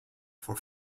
for